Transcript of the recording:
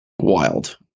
wild